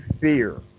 fear